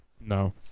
no